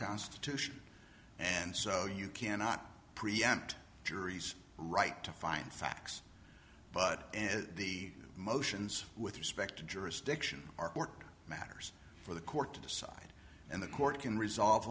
constitution and so you cannot preempt juries right to find facts but the motions with respect to jurisdiction are court matters for the court to decide and the court can resolve